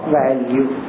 value